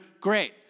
great